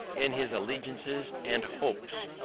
in his allegiances and hopes,